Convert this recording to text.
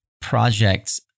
projects